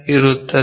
ಇರುತ್ತದೆ